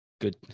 Good